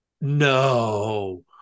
no